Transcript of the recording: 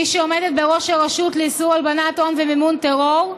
מי שעומדת בראש הרשות לאיסור הלבנת הון ומימון טרור,